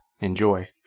Enjoy